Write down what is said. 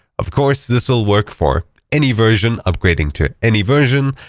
of course, this will work for any version upgrading to any version.